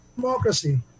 democracy